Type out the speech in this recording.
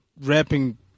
rapping